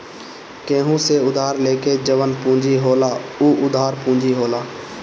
केहू से उधार लेके जवन पूंजी होला उ उधार पूंजी होला